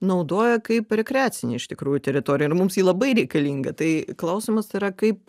naudoja kaip rekreacinę iš tikrųjų teritoriją ir mums ji labai reikalinga tai klausimas yra kaip